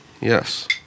Yes